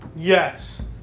Yes